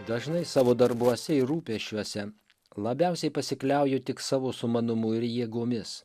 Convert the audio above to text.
dažnai savo darbuose ir rūpesčiuose labiausiai pasikliauju tik savo sumanumu ir jėgomis